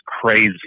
crazy